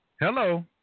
Hello